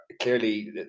Clearly